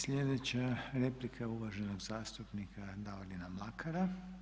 Sljedeća replika je uvaženog zastupnika Davorina Mlakara.